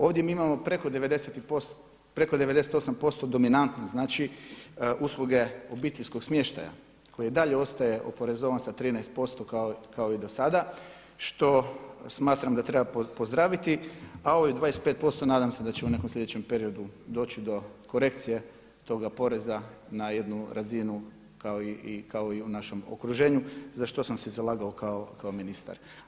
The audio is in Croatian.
Ovdje mi imamo preko 98% dominantne, znači usluge obiteljskog smještaja koji i dalje ostaje oporezovan sa 13% kao i do sada što smatram da treba pozdraviti, a ovih 25% nadam se da će u nekom sljedećem periodu doći do korekcije toga poreza na jednu razinu kao i u našem okruženju za što sam se zalagao kao ministar.